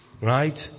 Right